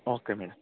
okay madam